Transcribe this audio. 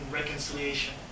reconciliation